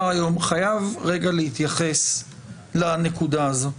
היום חייב רגע להתייחס לנקודה הזאת.